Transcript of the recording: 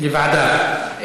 לוועדה.